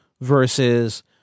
versus